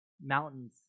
mountains